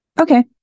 Okay